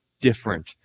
different